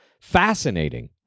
Fascinating